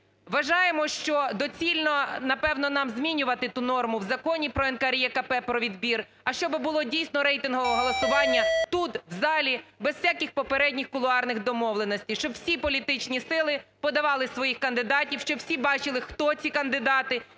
Вважаємо, що доцільно, напевно, нам змінювати ту норму в Законі про НКРЕКП, про відбір, а щоб було, дійсно, рейтингове голосування тут, в залі, без всяких попередніх кулуарних домовленостей, щоб всі політичні сили подавали своїх кандидатів, щоб всі бачили, хто ці кандидати,